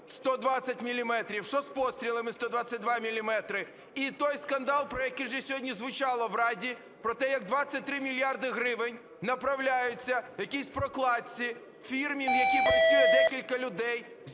120 міліметрів, що з пострілами 122 міліметри? І той скандал, про який вже сьогодні звучало в Раді, про те, як 23 мільярди гривень направляються якійсь прокладці, фірмі, в якій працює декілька людей,